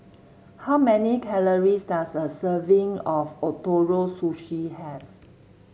how many calories does a serving of Ootoro Sushi have